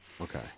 Okay